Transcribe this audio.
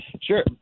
Sure